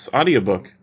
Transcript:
audiobook